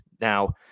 Now